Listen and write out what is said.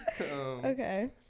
Okay